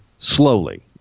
Slowly